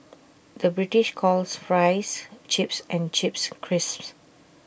the British calls Fries Chips and Chips Crisps